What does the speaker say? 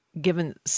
given